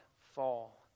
fall